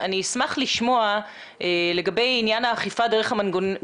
אשמח לשמוע את הפרספקטיבה שלך,